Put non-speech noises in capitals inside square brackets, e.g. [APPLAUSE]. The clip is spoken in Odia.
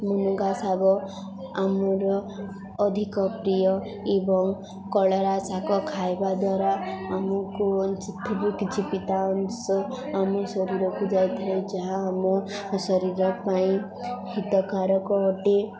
ମୁନୁଗା ଶାଗ ଆମର ଅଧିକ ପ୍ରିୟ ଏବଂ କଲରା ଶାଗ ଖାଇବା ଦ୍ୱାରା ଆମକୁ [UNINTELLIGIBLE] କିଛି ପିତା ଅଂଶ ଆମ ଶରୀରକୁ ଯାଇଥାଏ ଯାହା ଆମ ଶରୀର ପାଇଁ ହିତକାରକ ଅଟେ